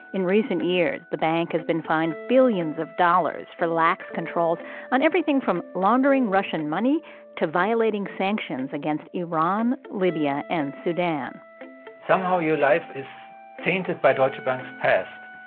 in recent years, the bank has been fined billions of dollars for lax controls on everything from laundering russian money to violating sanctions against iran, libya and sudan somehow, your life is tainted by deutsche bank's past.